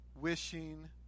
wishing